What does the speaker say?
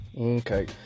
okay